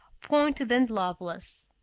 pointed and lobeless.